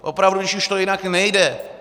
Opravdu když už to jinak nejde.